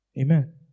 Amen